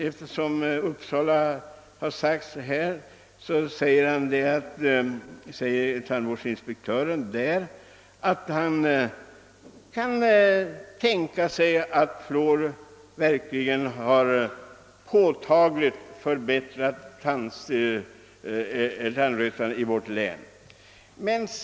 Eftersom Uppsala nämnts vill jag säga att tandvårdsinspektören uttalat att han kan tänka sig att tillsatsen av fluor påtagligt minskat tandrötan i Uppsala län.